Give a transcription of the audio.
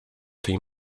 tej